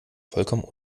vollkommen